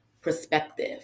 perspective